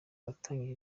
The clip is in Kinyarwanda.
watangije